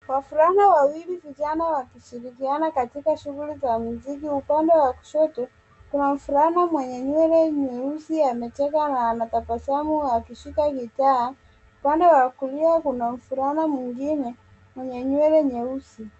Wavulana wawili vijana wakishirikiana katika shughuli za muziki upande wa kushoto, kuna mvulana mwenye nywele nyeusi amecheka na ametabasamu akishika gitaa, upande wa kulia kuna mvulana mwingine mwenye nywele nyeusi.